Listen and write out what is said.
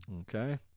Okay